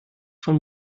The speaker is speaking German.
von